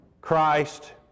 Christ